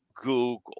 Google